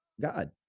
God